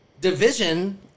division